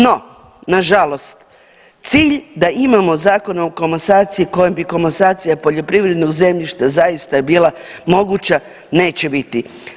No, nažalost cilj da imamo Zakon o komasaciji kojim bi komasacija poljoprivrednog zemljišta zaista bila moguća neće biti.